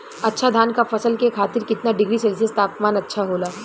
अच्छा धान क फसल के खातीर कितना डिग्री सेल्सीयस तापमान अच्छा होला?